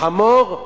החמור,